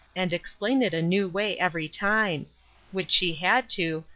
and explain it a new way every time which she had to,